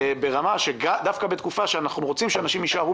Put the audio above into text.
ברמה שדווקא בתקופה שאנחנו רוצים שאנשים יישארו